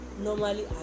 normally